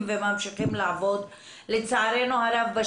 לצערנו הרב,